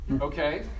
Okay